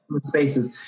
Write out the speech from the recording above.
Spaces